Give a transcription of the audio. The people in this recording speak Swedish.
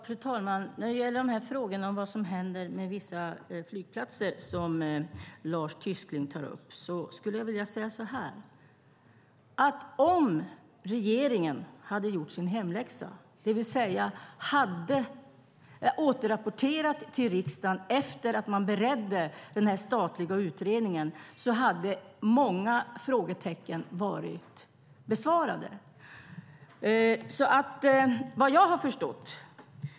Fru talman! När det gäller frågorna om vad som händer med vissa flygplatser, som Lars Tysklind tar upp, skulle jag vilja säga så här: Om regeringen hade gjort sin hemläxa, det vill säga återrapporterat till riksdagen efter att man berett den statliga utredningen, hade många frågor varit besvarade.